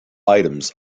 items